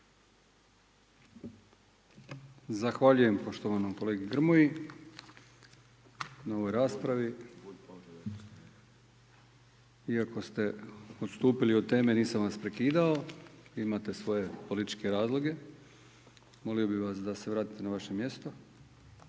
Zahvaljujem poštovanom kolegi Grmoji na ovoj raspravi. Iako ste odstupili od teme, nisam vas prekidao, imate svoje političke razloge. Molio bih vas da se vratite na vaše mjesto.